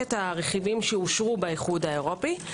חמשת הרכיבים שאושרו באיחוד האירופי.